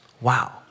Wow